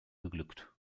geglückt